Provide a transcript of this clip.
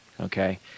Okay